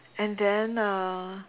and then uh